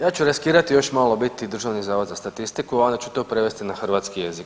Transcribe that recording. Ja ću riskirati i još malo biti Državni zavod za statistiku, a onda ću to prevesti na hrvatski jezik.